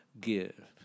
give